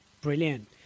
brilliant